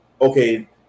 okay